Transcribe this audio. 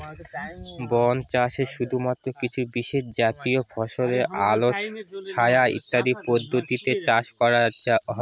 বন চাষে শুধুমাত্র কিছু বিশেষজাতীয় ফসলই আলো ছায়া ইত্যাদি পদ্ধতিতে চাষ করা হয়